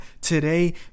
Today